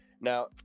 now